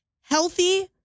healthy